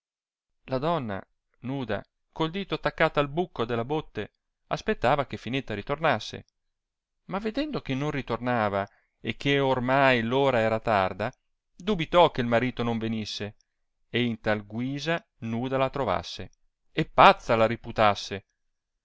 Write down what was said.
la donna nuda col dito attaccata al bucco della botte aspettava che finetta ritornasse ma vedendo che non ritornava e che ornai ora era tarda dubitò che marito non venisse e in tal guisa nuda la trovasse e pazza la riputasse